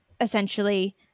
essentially